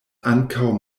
ankaŭ